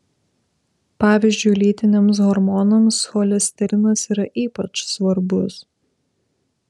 pavyzdžiui lytiniams hormonams cholesterinas yra ypač svarbus